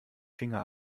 finger